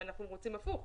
ואנחנו רוצים הפוך,